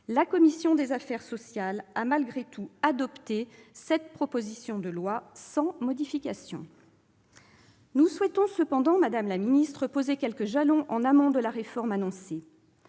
la commission des affaires sociales a malgré tout adopté cette proposition de loi sans modification. Nous souhaitons cependant, madame la secrétaire d'État, poser quelques jalons en amont de la réforme annoncée.